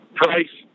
price